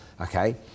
okay